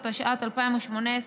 התשע"ט 2018,